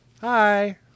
Hi